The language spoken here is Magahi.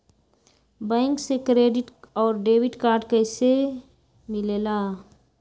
बैंक से क्रेडिट और डेबिट कार्ड कैसी मिलेला?